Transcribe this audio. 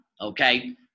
okay